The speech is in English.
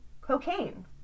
cocaine